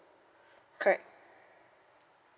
correct